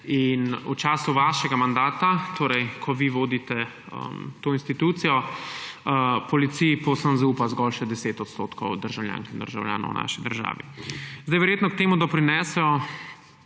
V času vašega mandata, torej ko vi vodite to institucijo, policiji povsem zaupa zgolj še 10 % državljank in državljanov v naši državi. Verjetno k temu doprinesejo